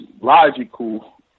logical